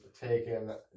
taken